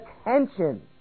attention